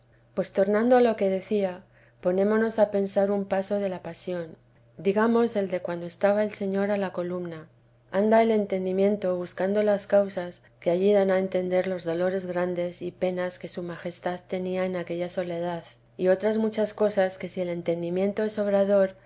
pues tornando a lo que decía ponémonos a pensar un paso de la pasión digamos el de cuando estaba el señor vida de i a santa madre a la columna anda el entendimiento buscando las causas que allí dan a entender los dolores grandes y penas que su majestad temía en aquella soledad y otras muchas cosas que si el entendimiento es obrador